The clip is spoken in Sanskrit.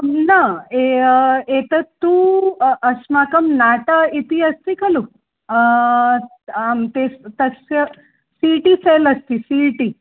न ए एतत्तु अस्माकं नाटा इति अस्ति खलु आं तेस् तस्य सि इ टि सेल् अस्ति सि इ टि